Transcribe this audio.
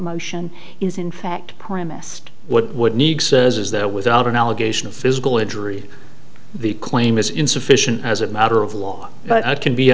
motion is in fact premised what would need says is that without an allegation of physical injury the claim is insufficient as a matter of law but it can be